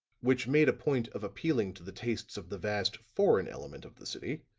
which made a point of appealing to the tastes of the vast foreign element of the city,